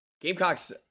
Gamecocks